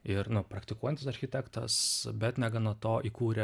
ir nu praktikuojantis architektas bet negana to įkūrė